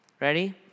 Ready